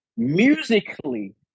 Musically